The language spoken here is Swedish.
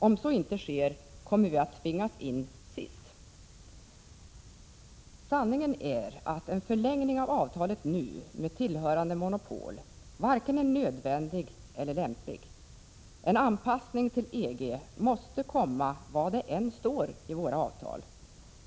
Om så inte sker kommer vi att tvingas in sist.” Sanningen är att en förlängning av avtalet nu med tillhörande monopol varken är nödvändig eller lämplig. En anpassning till EG måste komma vad det än står i våra avtal.